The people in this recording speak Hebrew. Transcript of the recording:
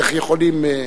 איך יכולים?